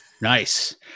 Nice